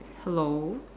hello